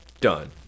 Done